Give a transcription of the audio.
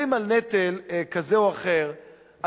כשמדברים על נטל כזה או אחר,